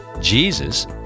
Jesus